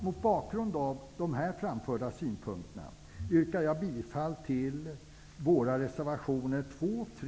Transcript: Mot bakgrund av de här framförda synpunkterna yrkar jag bifall till våra reservationer